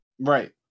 right